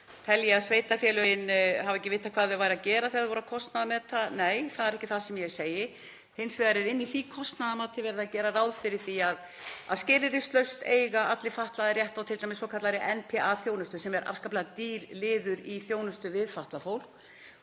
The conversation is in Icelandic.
Tel ég að sveitarfélögin hafi ekki vitað hvað þau voru að gera þegar þau voru að kostnaðarmeta? Nei, það er ekki það sem ég segi. Hins vegar er inni í því kostnaðarmati verið að gera ráð fyrir því að skilyrðislaust eigi allir fatlaðir rétt á t.d. svokallaðri NPA-þjónustu sem er afskaplega dýr liður í þjónustu við fatlað fólk.